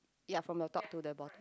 ya from the top to the bottom